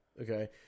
Okay